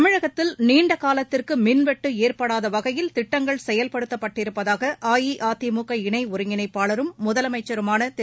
தமிழகத்தில் நீண்டகாலத்திற்கு மின்வெட்டு ஏற்படாதவகையில் திட்டங்கள் செயல்படுத்தப்பட்டிருப்பதாக அஇஅதிமுக இணை ஒருங்கிணைப்பாளரும் முதலமைச்சருமான திரு